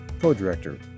Co-Director